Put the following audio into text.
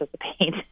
participate